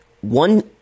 one